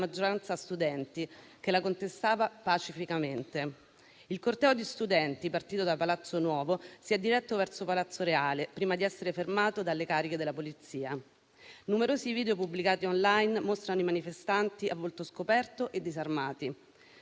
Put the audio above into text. maggioranza studenti, che la contestava pacificamente. Il corteo di studenti, partito da Palazzo nuovo, si è diretto verso Palazzo reale, prima di essere fermato dalle cariche della polizia. Numerosi video pubblicati *online* mostrano i manifestanti a volto scoperto e disarmati,